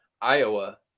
Iowa